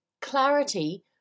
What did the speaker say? Clarity